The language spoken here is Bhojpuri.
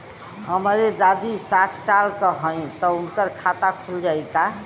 हमरे दादी साढ़ साल क हइ त उनकर खाता खुल जाई?